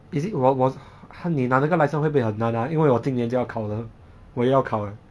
is it wa~ was !huh! 你拿那那个 licence 会不会很难 ah 因为我今年就要考了我也要考了